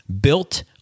built